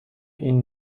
این